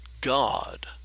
God